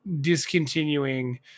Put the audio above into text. discontinuing